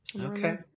Okay